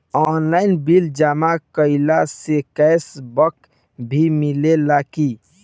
Online bill जमा कईला से कैश बक भी मिलेला की?